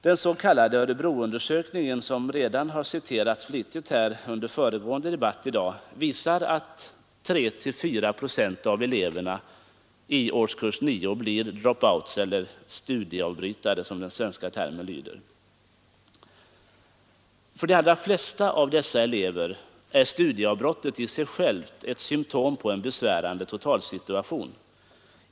Den s.k. Örebroundersökningen, som citerats flitigt under föregående interpellationsdebatt i dag, visar att 3—4 procent av eleverna i årskurs nio blir dropouts, eller studieavbrytare som den svenska termen lyder. För de allra flesta av dessa elever är studieavbrottet i sig självt ett symptom på en besvärande totalsituation.